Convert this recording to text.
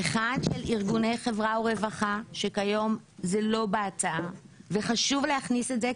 אחת של ארגוני חברה ורווחה שכיום זה לא בהצעה וחשוב להכניס את זה.